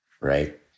right